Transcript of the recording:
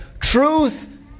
Truth